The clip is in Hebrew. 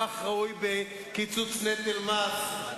כך ראוי בקיצוץ נטל מס,